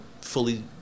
fully